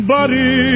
Buddy